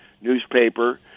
newspaper